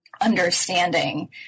understanding